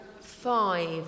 Five